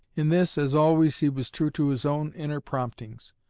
in this, as always, he was true to his own inner promptings.